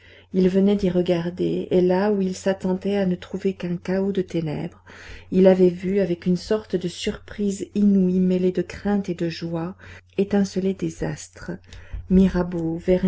il venait d'y regarder et là où il s'attendait à ne trouver qu'un chaos de ténèbres il avait vu avec une sorte de surprise inouïe mêlée de crainte et de joie étinceler des astres mirabeau